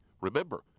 Remember